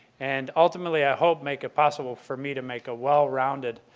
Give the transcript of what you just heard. and ultimately i hope make it possible for me to make a well-rounded,